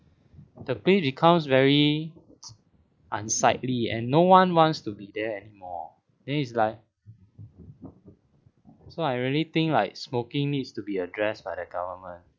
the place becomes very unsightly and no one wants to be there anymore then it's like so I really think like smoking needs to be addressed by the government